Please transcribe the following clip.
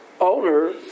owner